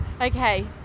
Okay